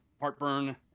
heartburn